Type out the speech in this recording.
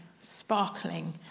sparkling